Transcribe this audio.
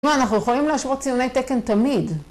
נו, אנחנו יכולים להשוות ציוני תקן תמיד.